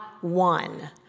one